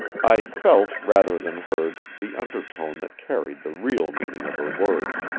i felt, rather than heard, the undertone that carried the real meaning of her words.